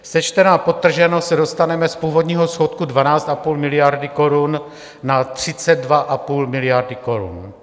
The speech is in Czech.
Sečteno a podtrženo se dostaneme z původního schodku 12,5 miliardy korun na 32,5 miliardy korun.